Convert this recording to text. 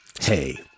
Hey